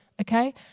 okay